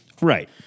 right